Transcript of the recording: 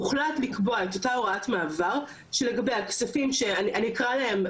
הוחלט לקבוע את אותה הוראת מעבר שלגבי הכספים אני אקרא להם,